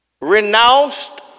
renounced